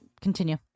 Continue